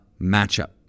matchup